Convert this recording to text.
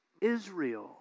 Israel